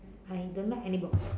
I don't like any books